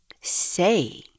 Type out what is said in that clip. say